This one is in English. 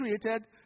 created